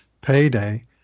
payday